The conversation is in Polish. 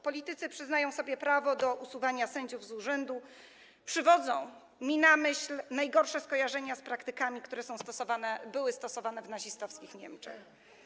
Politycy przyznający sobie prawo do usuwania sędziów z urzędu przywodzą mi na myśl najgorsze skojarzenia z praktykami, które były stosowane w nazistowskich Niemczech.